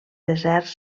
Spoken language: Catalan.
deserts